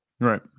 right